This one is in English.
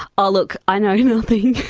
ah look, i know nothing.